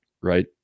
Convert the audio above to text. right